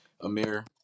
Amir